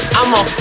I'ma